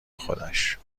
خودش